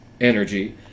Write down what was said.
energy